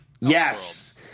Yes